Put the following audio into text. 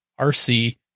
RC